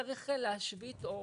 צריך להשבית או